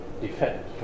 defend